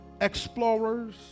Explorers